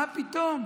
מה פתאום?